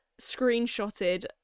screenshotted